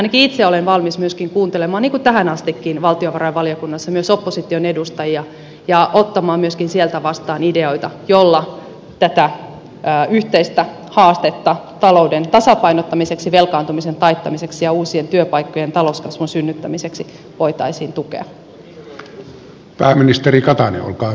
ainakin itse olen valmis kuuntelemaan niin kuin tähänkin asti valtiovarainvaliokunnassa myös opposition edustajia ja ottamaan myöskin sieltä vastaan ideoita joilla tätä yhteistä haastetta talouden tasapainottamiseksi velkaantumisen taittamiseksi ja uusien työpaikkojen talouskasvun synnyttämiseksi voitaisiin tukea